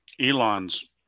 Elon's